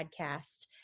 podcast